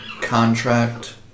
contract